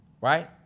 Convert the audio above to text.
Right